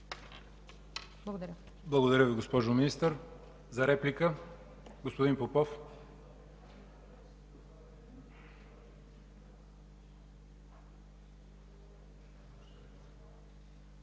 Благодаря Ви, госпожо Министър. За реплика – господин Попов.